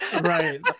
Right